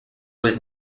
was